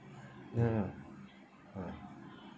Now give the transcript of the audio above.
ya ah